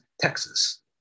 Texas